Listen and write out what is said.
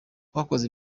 twakoze